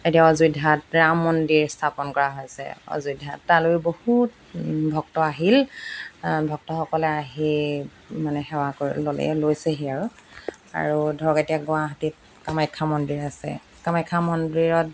এতিয়া অযোধ্যাত ৰাম মন্দিৰ স্থাপন কৰা হৈছে অযোধ্যাত তালৈ বহুত ভক্ত আহিল ভক্তসকলে আহি মানে সেৱা ক ল'লে লৈছেহি আৰু আৰু ধৰক এতিয়া গুৱাহাটীত কামাখ্যা মন্দিৰ আছে কামাখ্যা মন্দিৰত